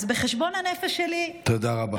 אז בחשבון הנפש שלי, תודה רבה.